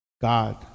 God